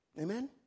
Amen